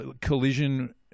collision